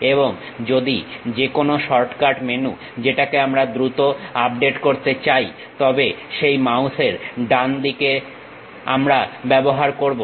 এবং যদি যেকোনো শর্টকাট মেনু যেটাকে আমরা দ্রুত আপডেট করতে চাই তবে সেই মাউস বাটন এর ডান দিককে আমরা ব্যবহার করবো